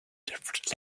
different